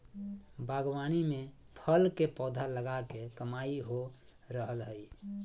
बागवानी में फल के पौधा लगा के कमाई हो रहल हई